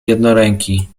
jednoręki